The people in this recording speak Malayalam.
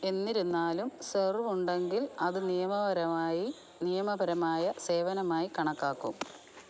എന്നിരുന്നാലും സെർവ് ഉണ്ടെങ്കിൽ അത് നിയമപരമായ നിയമപരമായ സേവനമായി കണക്കാക്കും